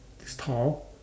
he's tall